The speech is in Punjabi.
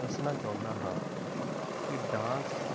ਦੱਸਣਾ ਚਾਹੁੰਦਾ ਹਾਂ ਕਿ ਡਾਂਸ